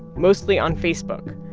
mostly on facebook.